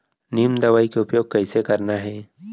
नीम दवई के उपयोग कइसे करना है?